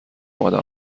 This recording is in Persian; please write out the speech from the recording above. آمدم